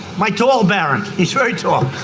my tall barron. he's very tall.